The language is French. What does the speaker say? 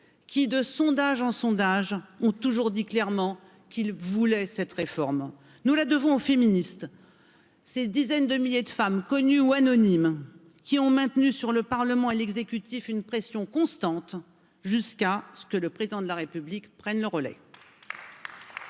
quii de sondage en sondage ont toujours dit clairement qu'ils voulaient cette réforme, nous la devons aux féministes, ces dizaines de milliers de femmes connues ou anonymes, quii ont maintenu sur le Parlement et l'exécutif, une pression constante jusqu'à ce que le Président de la République prenne le relais.